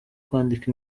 kwandika